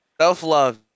self-love